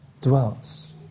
dwells